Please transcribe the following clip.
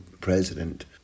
president